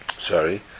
sorry